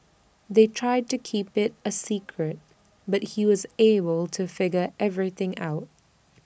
they tried to keep IT A secret but he was able to figure everything out